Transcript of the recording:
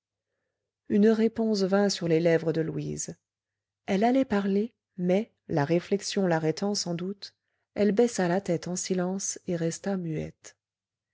une réponse vint sur les lèvres de louise elle allait parler mais la réflexion l'arrêtant sans doute elle baissa la tête en silence et resta muette